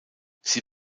sie